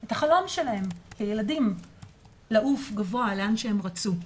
את החלום שלהם כילדים-לעוף גבוה לאן שהם רצו.